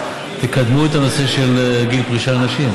תקדמו את הנושא של גיל פרישה לנשים,